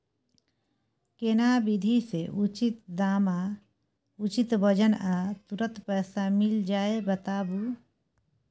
केना विधी से उचित दाम आ उचित वजन आ तुरंत पैसा मिल जाय बताबू?